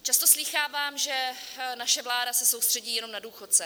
Často slýchávám, že naše vláda se soustředí jenom na důchodce.